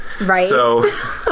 Right